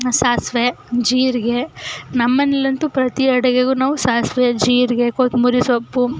ಸಾಸಿವೆ ಜೀರಿಗೆ ನಮ್ಮನೆಯಲ್ಲಂತೂ ಪ್ರತಿ ಅಡುಗೆಗೂ ನಾವು ಸಾಸಿವೆ ಜೀರಿಗೆ ಕೊತ್ತಂಬ್ರಿ ಸೊಪ್ಪು